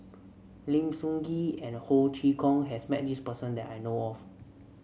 Lim Soo Ngee and Ho Chee Kong has met this person that I know of